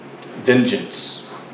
vengeance